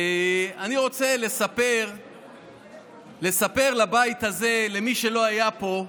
אני רוצה לספר לבית הזה, למי שלא היה פה,